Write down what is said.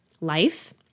life